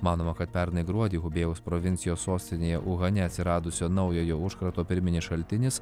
manoma kad pernai gruodį hubėjaus provincijos sostinėje vuhane atsiradusio naujojo užkrato pirminis šaltinis